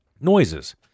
noises